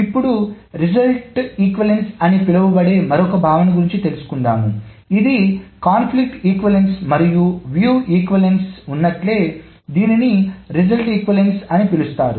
ఇప్పుడు ఫలిత సమానత్వం అని పిలువబడే మరొక భావన గురించి తెలుసుకుందాము ఇది సంఘర్షణ సమానత్వం మరియు వీక్షణ సమానత్వం ఉన్నట్లే దీనిని ఫలిత సమానత్వం అని పిలుస్తారు